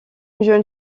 jeune